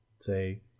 say